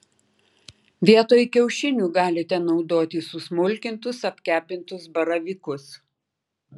vietoj kiaušinių galite naudoti susmulkintus apkepintus baravykus